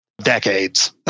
decades